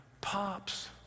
Pops